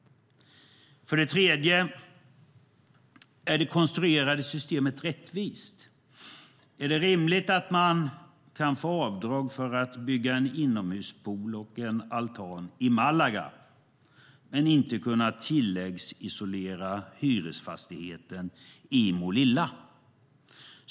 För det tredje: Är det konstruerade systemet rättvist? Är det rimligt att man kan få avdrag för att bygga en inomhuspool och en altan i Malaga, men inte kunna tilläggsisolera en hyresfastighet i Målilla?